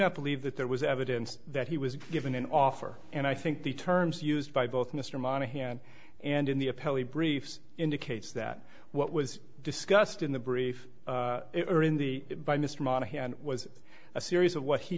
not believe that there was evidence that he was given an offer and i think the terms used by both mr monahan and in the appellate briefs indicates that what was discussed in the brief or in the by mr monahan was a series of what he